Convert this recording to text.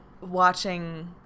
watching